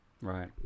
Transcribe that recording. Right